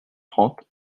trente